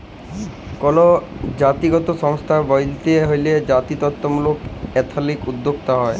call জাতিগত সংস্থা ব্যইলতে হ্যলে জাতিত্ত্বমূলক এথলিক উদ্যোক্তা হ্যয়